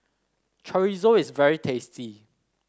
Chorizo is very tasty